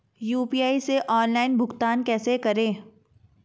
UPI से online भुगतान कैसे करें?